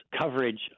coverage